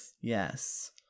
Yes